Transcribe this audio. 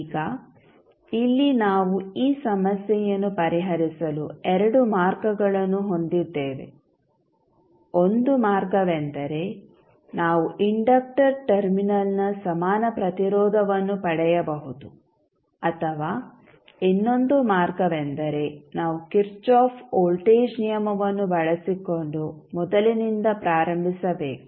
ಈಗ ಇಲ್ಲಿ ನಾವು ಈ ಸಮಸ್ಯೆಯನ್ನು ಪರಿಹರಿಸಲು ಎರಡು ಮಾರ್ಗಗಳನ್ನು ಹೊಂದಿದ್ದೇವೆ ಒಂದು ಮಾರ್ಗವೆಂದರೆ ನಾವು ಇಂಡಕ್ಟರ್ ಟರ್ಮಿನಲ್ನ ಸಮಾನ ಪ್ರತಿರೋಧವನ್ನು ಪಡೆಯಬಹುದು ಅಥವಾ ಇನ್ನೊಂದು ಮಾರ್ಗವೆಂದರೆ ನಾವು ಕಿರ್ಚಾಫ್ ವೋಲ್ಟೇಜ್ ನಿಯಮವನ್ನು ಬಳಸಿಕೊಂಡು ಮೊದಲಿನಿಂದ ಪ್ರಾರಂಭಿಸಬೇಕು